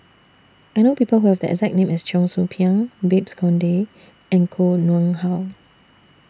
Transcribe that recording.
I know People Who Have The exact name as Cheong Soo Pieng Babes Conde and Koh Nguang How